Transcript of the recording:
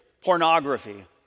pornography